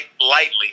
lightly